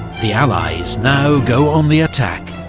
the allies now go on the attack.